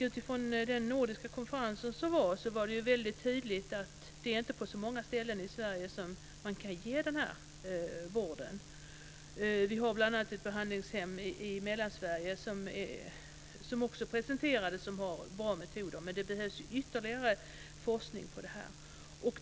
På den nordiska konferensen framkom det väldigt tydligt att det inte är på så många ställen i Sverige som man kan ge den vården. Det presenterades bl.a. ett behandlingshem i Mellansverige som har bra metoder, men det behövs ytterligare forskning på området.